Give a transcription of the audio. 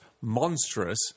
monstrous